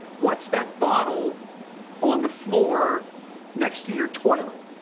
what's that bottle on the floor next to your toilet?